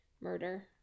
Murder